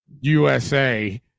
USA